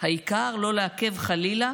מיוחדת, העיקר לא לעכב, חלילה,